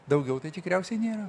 daugiau tai tikriausiai nėra